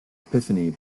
epiphany